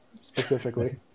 specifically